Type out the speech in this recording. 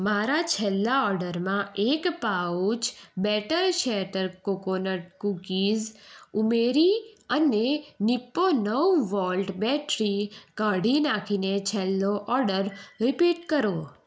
મારા છેલ્લા ઓડરમાં એક પાઉચ બેટર શેટર કોકોનટ કૂકીઝ ઉમેરી અને નિપ્પો નવ વોલ્ટ બેટરી કાઢી નાંખીને છેલ્લો ઓડર રીપીટ કરો